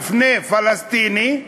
מבנה פלסטיני,